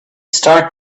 start